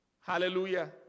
Hallelujah